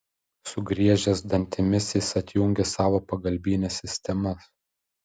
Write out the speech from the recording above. sugriežęs dantimis jis atjungė savo pagalbines sistemas